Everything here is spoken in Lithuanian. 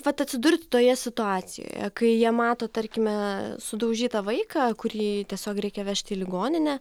vat atsidurti toje situacijoje kai jie mato tarkime sudaužytą vaiką kurį tiesiog reikia vežti į ligoninę